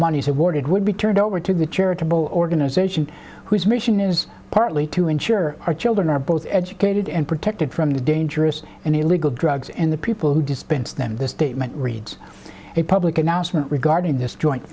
monies awarded would be turned over to the charitable organization whose mission is partly to ensure our children are both educated and protected from the dangerous and illegal drugs and the people who dispense them the statement reads a public announcement regarding this joint